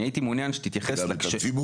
אני הייתי מעוניין שתתייחס --- גם את הציבור.